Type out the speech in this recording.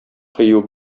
кыю